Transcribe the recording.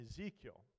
Ezekiel